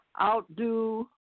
outdo